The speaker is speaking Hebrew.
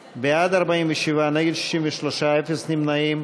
בעד, 47, נגד, 63, אפס נמנעים.